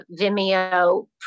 Vimeo